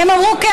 הם אמרו כן.